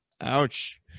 Ouch